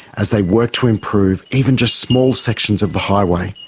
as they work to improve even just small sections of the highway.